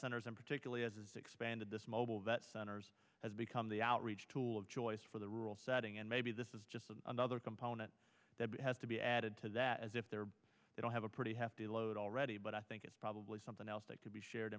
centers and particularly as it's expanded this mobile vet centers has become the outreach tool of choice for the rural setting and maybe this is just a other component that has to be added to that is if there they don't have a pretty have to load already but i think it's probably something else that to be shared